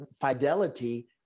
fidelity